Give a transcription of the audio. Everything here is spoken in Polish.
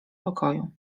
pokoju